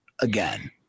again